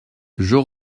j’en